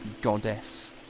goddess